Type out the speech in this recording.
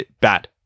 bad